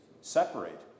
separate